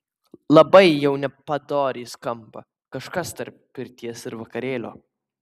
labai jau nepadoriai skamba kažkas tarp pirties ir vakarėlio